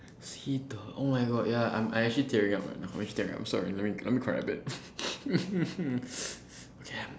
cito oh my god ya I'm I'm actually tearing up right now sorry let me cry a bit yeah